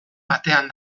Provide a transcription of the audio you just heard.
batean